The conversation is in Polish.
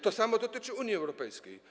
To samo dotyczy Unii Europejskiej.